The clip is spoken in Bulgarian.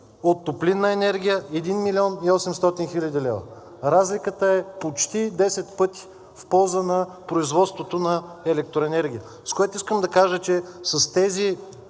От топлинна енергия – 1 млн. и 800 хил. лв. Разликата е почти 10 пъти в полза на производството на електроенергия. С което искам да кажа, че с тези